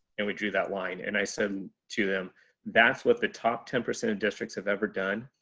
and we drew that line. and i said to them that's what the top ten percent of districts have ever done.